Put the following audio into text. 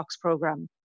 program